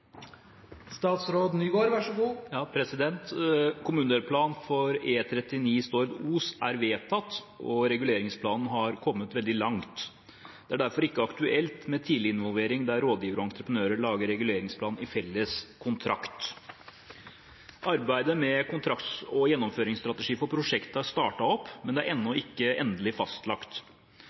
for E39 Stord–Os er vedtatt, og reguleringsplanen har kommet veldig langt. Det er derfor ikke aktuelt med tidliginvolvering der rådgivere og entreprenører lager reguleringsplan i felles kontrakt. Arbeidet med kontrakts- og gjennomføringsstrategi for prosjektet er startet opp, men er ennå ikke endelig fastlagt.